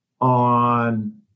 on